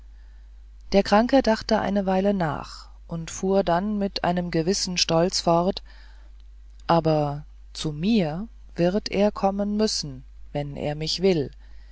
der kranke dachte eine weile nach und fuhr dann mit einem gewissen stolz fort aber zu mir wird er kommen müssen wenn er mich will